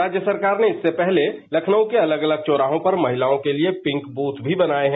राज्य सरकार ने इससे पहले लखनऊ के अलग अलग चौराहों पर महिलाओं के लिए पिंक ब्रथ भी बनाए है